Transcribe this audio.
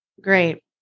Great